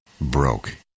broke